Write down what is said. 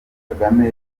kagame